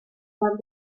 ben